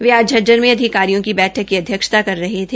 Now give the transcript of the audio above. वे आज झज्जर में अधिकारियों की बैठक की अध्यक्षता कर रहे थे